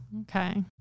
Okay